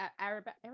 Arabic